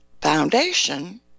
foundation